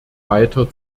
weiter